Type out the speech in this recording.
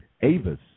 Avis